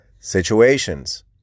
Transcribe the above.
situations